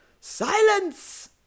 silence